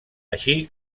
així